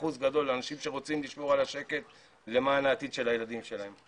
אחוז גדול אנשים שרוצים לשמור על השקט למען העתיד של הילדים שלהם.